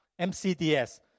MCDS